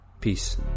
Peace